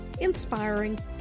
inspiring